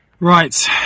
right